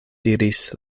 diris